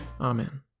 Amen